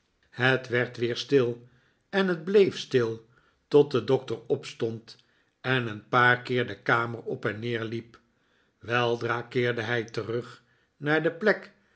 het werd weer stil en het bleef stil tot de doctor opstond en een paar keer de kamer op en neer liep weldra keerde hij terug naar de plek